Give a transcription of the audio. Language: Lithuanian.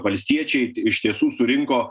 valstiečiai iš tiesų surinko